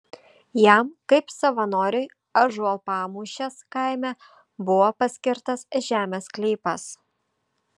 jam kaip savanoriui ąžuolpamūšės kaime buvo paskirtas žemės sklypas